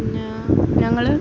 പിന്നെ ഞങ്ങള്